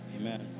Amen